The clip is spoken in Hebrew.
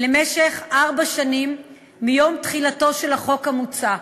למשך ארבע שנים מיום תחילתו של החוק המוצע,